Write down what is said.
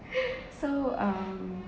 so uh